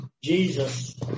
Jesus